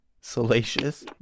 Salacious